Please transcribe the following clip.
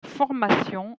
formations